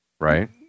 Right